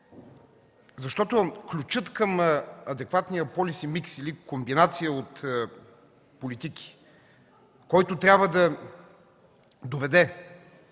водят. Ключът към адекватния полюс и микс, или комбинация от политики, който трябва да доведе